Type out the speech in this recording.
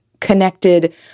connected